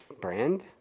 brand